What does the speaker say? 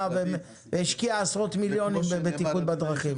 והשקיע עשרות מיליונים בבטיחות בדרכים.